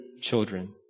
children